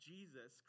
Jesus